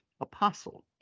apostle